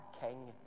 king